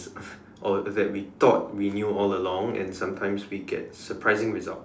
or that we thought we knew all along and sometimes we get surprising results